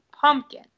pumpkin